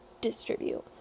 distribute